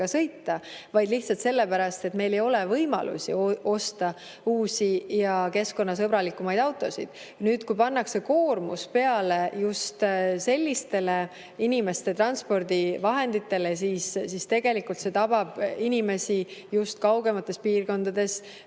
sõita, vaid lihtsalt sellepärast, et meil ei ole võimalusi osta uusi ja keskkonnasõbralikumaid autosid. Kui pannakse koormus peale just sellistele transpordivahenditele, siis see tabab raskemalt inimesi just kaugemates piirkondades,